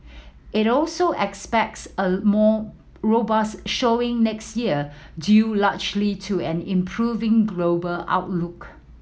it also expects a more robust showing next year due largely to an improving global outlook